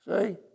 See